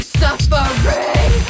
suffering